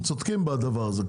הם צודקים בדבר הזה,